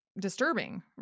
disturbing